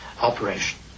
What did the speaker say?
operation